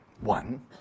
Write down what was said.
one